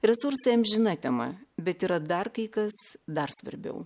resursai amžina tema bet yra dar kai kas dar svarbiau